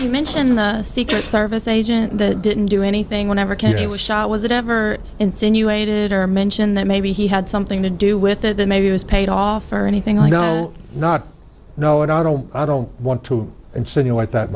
you mention the secret service agent that didn't do anything whenever kennedy was shot was it ever insinuated or mention that maybe he had something to do with it maybe it was paid off or anything i know not know it i don't i don't want to insinuate that